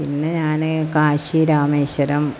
പിന്നെ ഞാന് കാശി രാമേശരം